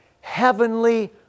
heavenly